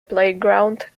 playground